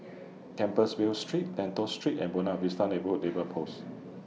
Compassvale Street Lentor Street and Buona Vista Neighbourhood neighbor Post